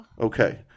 Okay